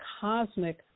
cosmic